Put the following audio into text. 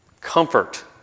Comfort